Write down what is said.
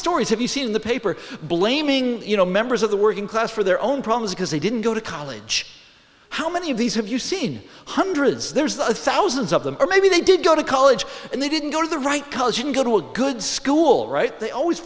stories have you seen in the paper blaming you know members of the working class for their own problems because they didn't go to college how many of these have you seen hundreds there's the thousands of them or maybe they did go to college and they didn't go to the right college and go to a good school right they always